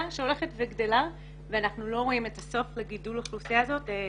שהולכת וגדלה ואנחנו לא רואים את הסוף לגידול האוכלוסייה הזאת.